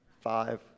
Five